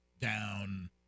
down